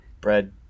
Bread